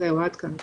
תודה.